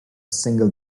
single